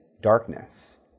darkness